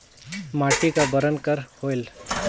माटी का बरन कर होयल?